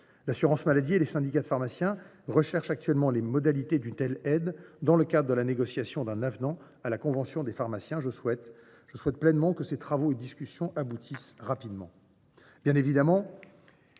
L’assurance maladie et les syndicats de pharmaciens recherchent actuellement les modalités d’une telle aide, dans le cadre de la négociation d’un avenant à la convention des pharmaciens. Je souhaite bien sûr que ces travaux et discussions aboutissent rapidement.